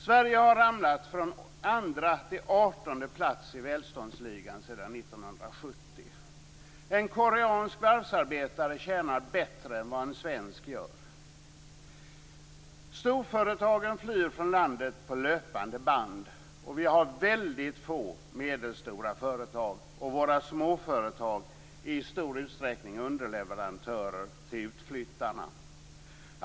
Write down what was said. Sverige har ramlat från 2:a till 18:e plats i väldståndsligan sedan 1970. En koreansk varvsarbetare tjänar bättre än vad en svensk gör. Storföretagen flyr från landet på löpande band, och vi har väldigt få medelstora företag. Småföretagen är i stor utsträckning underleverantörer till de utflyttade företagen.